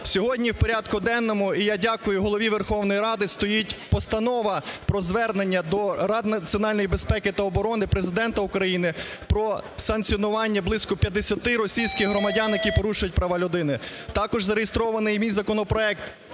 Сьогодні в порядку денному, і я дякую Голові Верховної Ради, стоїть Постанова про звернення до Ради національної безпеки та оборони, Президента України про санкціонування близько 50 російських громадян, які порушують права людини. Також зареєстрований і мій законопроект